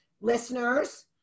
listeners